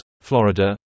Florida